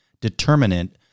determinant